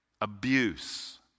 abuse